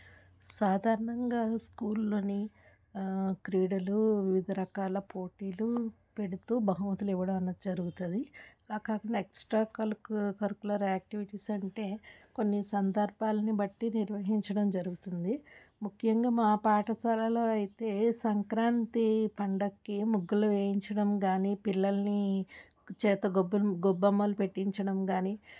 సాధారణంగా స్కూల్లోని క్రీడలు వివిధ రకాల పోటీలు పెడుతూ బహుమతులు ఇవ్వడం అన్నది జరుగుతుంది నాకు ఆ ఎక్స్ట్రా కరిక్యులర్ యాక్టివిటీస్ అంటే కొన్ని సందర్భాలను బట్టి నిర్వహించడం జరుగుతుంది ముఖ్యంగా మా పాఠశాలలో అయితే సంక్రాంతి పండుగకి ముగ్గులు వేయించడం కానీ పిల్లల్ని చేత గొబ్బెమ్మ గొబ్బెమ్మలు పెట్టించడం కానీ